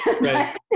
Right